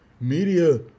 Media